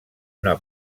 una